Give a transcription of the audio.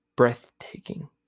breathtaking